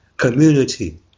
Community